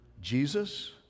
Jesus